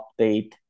update